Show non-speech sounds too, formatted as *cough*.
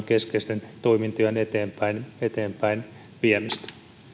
*unintelligible* keskeisten toimintojen eteenpäinviemistä